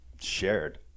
shared